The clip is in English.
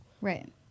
right